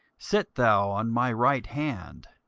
sit thou on my right hand,